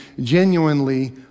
genuinely